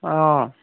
অ